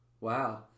Wow